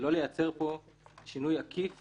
ולא לייצר פה שינוי עקיף